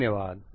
धन्यवाद